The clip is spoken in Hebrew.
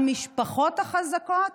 המשפחות החזקות,